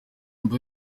dream